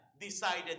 decided